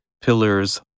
pillars